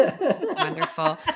Wonderful